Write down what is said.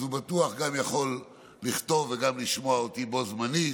אז הוא בטוח יכול גם לכתוב וגם לשמוע אותי בו זמנית,